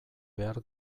behar